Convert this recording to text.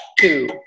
two